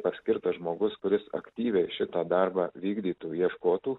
paskirtas žmogus kuris aktyviai šitą darbą vykdytų ieškotų